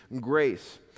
grace